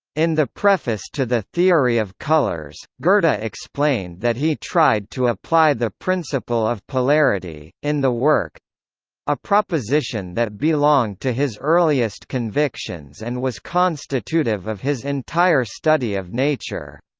in the preface to the theory of colours, goethe but explained that he tried to apply the principle of polarity, in the work a proposition that belonged to his earliest convictions and was constitutive of his entire study of nature.